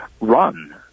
run